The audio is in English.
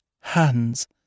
hands